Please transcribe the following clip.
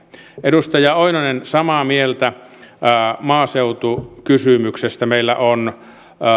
edustaja oinonen samaa mieltä maaseutukysymyksestä meidän on